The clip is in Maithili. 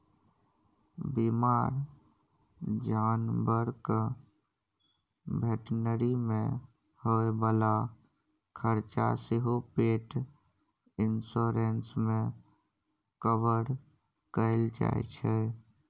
बीमार जानबरक भेटनरी मे होइ बला खरचा सेहो पेट इन्स्योरेन्स मे कवर कएल जाइ छै